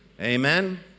Amen